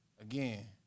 again